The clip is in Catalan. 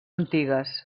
antigues